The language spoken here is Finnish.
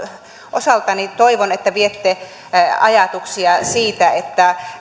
osaltani toivon että viette sinne ajatuksia siitä että